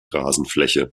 rasenfläche